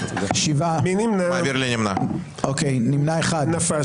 הצבעה לא אושרה נפל.